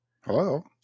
Hello